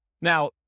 Now